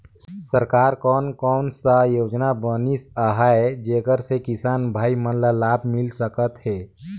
सरकार कोन कोन सा योजना बनिस आहाय जेकर से किसान भाई मन ला लाभ मिल सकथ हे?